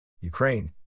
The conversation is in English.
Ukraine